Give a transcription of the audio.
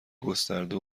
گسترده